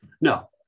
No